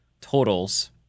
totals